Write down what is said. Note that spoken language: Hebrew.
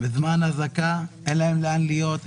בזמן אזעקה אין להם איפה להיות,